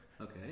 okay